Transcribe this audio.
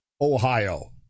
Ohio